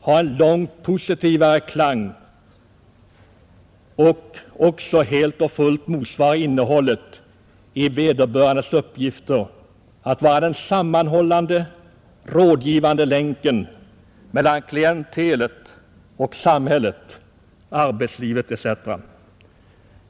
— har en mycket positivare klang och också helt och fullt motsvarar innehållet i vederbörandes uppgifter att vara den sammanhållande, rådgivande länken mellan klienterna och samhället, arbetslivet, etc.